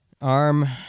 arm